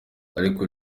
ariko